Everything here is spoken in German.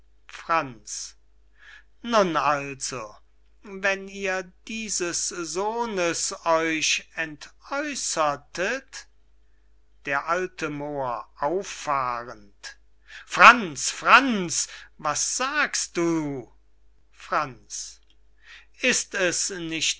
franz nun also wenn ihr dieses sohnes euch entäussertet d a moor auffahrend franz franz was sagst du franz ist es nicht